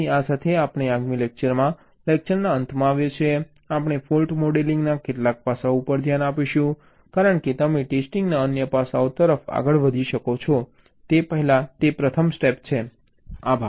તેથી આ સાથે આપણે આગામી લેક્ચરમાં લેક્ચરના અંતમાં આવીએ છીએ આપણે ફોલ્ટ મોડેલિંગના કેટલાક પાસાઓ ઉપર ધ્યાન આપીશું કારણ કે તમે ટેસ્ટિંગના અન્ય પાસાઓ તરફ આગળ વધી શકો તે પહેલાં તે પ્રથમ સ્ટેપ છે